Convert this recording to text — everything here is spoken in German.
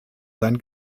sein